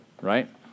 right